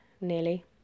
nearly